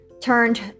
turned